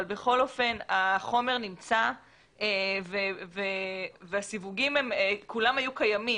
אבל בכל אופן החומר נמצא והסיווגים כולם היו קיימים.